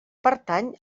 pertany